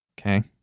Okay